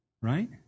right